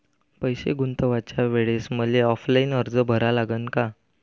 पैसे गुंतवाच्या वेळेसं मले ऑफलाईन अर्ज भरा लागन का?